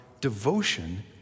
devotion